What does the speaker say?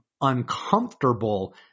uncomfortable